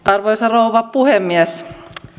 arvoisa rouva puhemies